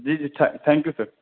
جی جی thank you sir